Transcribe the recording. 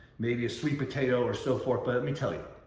maybe a sweet potato, or so forth. but let me tell you.